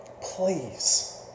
please